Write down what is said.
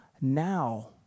now